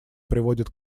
приводят